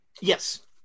Yes